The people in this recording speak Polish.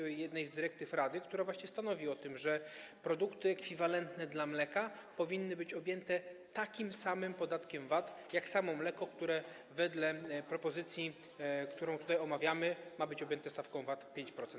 Chodzi o jedną z dyrektyw Rady, która właśnie stanowi o tym, że produkty ekwiwalentne dla mleka powinny być objęte takim samym podatkiem VAT jak samo mleko, które wedle propozycji, którą tutaj omawiamy, ma być objęte stawką VAT w wysokości 5%.